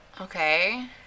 Okay